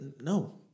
No